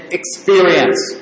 experience